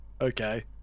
okay